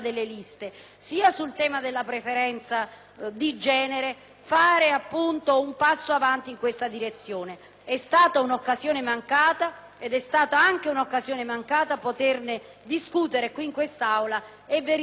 è stata un'occasione mancata, ed è stata un'occasione mancata anche non poterne discutere in quest'Aula e verificare la convergenza, che credo ci sarebbe stata, di altre parlamentari e parlamentari sulla questione.